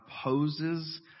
opposes